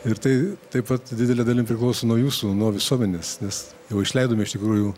ir tai taip pat didele dalim priklauso nuo jūsų nuo visuomenės nes jau išleidome iš tikrųjų